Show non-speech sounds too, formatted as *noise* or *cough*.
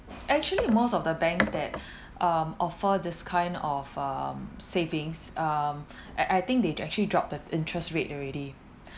actually most of the banks that *breath* um offer this kind of um savings um *breath* I I think they actually drop the interest rate already